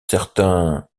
certain